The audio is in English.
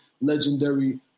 legendary